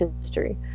history